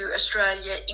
Australia